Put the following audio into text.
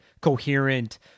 coherent